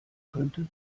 könnte